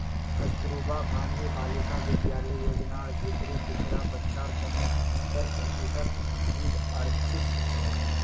कस्तूरबा गांधी बालिका विद्यालय योजनार भीतरी पिछड़ा बच्चार तने पिछत्तर प्रतिशत सीट आरक्षित छे